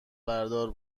بردار